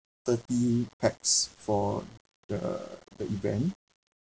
thirty pax for the the event